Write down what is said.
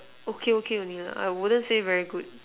okay okay only lah